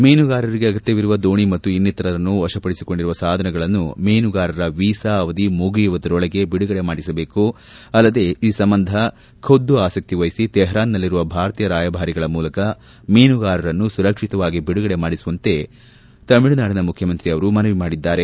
ಮೀನುಗಾರರಿಗೆ ಅಗತ್ಯವಿರುವ ದೋಣಿ ಮತ್ತು ಇನ್ನಿತರ ವಶಪಡಿಸಿಕೊಂಡಿರುವ ಸಾಧನಗಳನ್ನು ಮೀನುಗಾರರ ವೀಸಾ ಅವಧಿ ಮುಗಿಯುವುದರೊಳಗೆ ಬಿಡುಗಡೆ ಮಾಡಿಸಬೇಕು ಅಲ್ಲದೆ ಈ ಸಂಬಂಧ ಖುದ್ದು ಆಸಕ್ತಿ ವಹಿಸಿ ತೆಹರಾನ್ನಲ್ಲಿರುವ ಭಾರತೀಯ ರಾಯಭಾರಿಗಳ ಮೂಲಕ ಮೀನುಗಾರರನ್ನು ಸುರಕ್ಷಿತವಾಗಿ ಬಿಡುಗಡೆ ಮಾಡಿಸುವಂತೆ ಮನವಿ ತಮಿಳುನಾಡಿನ ಮುಖ್ಯಮಂತ್ರಿ ಮಾಡಿದ್ದಾರೆ